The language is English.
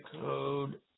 code